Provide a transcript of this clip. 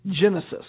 genesis